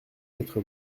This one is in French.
quatre